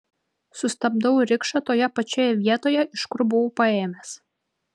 sustabdau rikšą toje pačioje vietoje iš kur buvau paėmęs